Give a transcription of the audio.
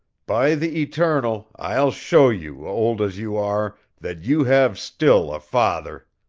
by the eternal, i'll show you, old as you are, that you have still a father!